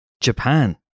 Japan